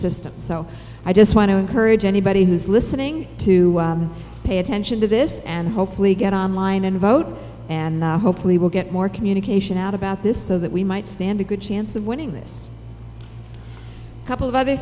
system so i just want to encourage anybody who's listening to pay attention to this and hopefully get online and vote and hopefully we'll get more communication out about this so that we might stand a good chance of winning this couple of other